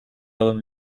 alan